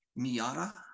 Miata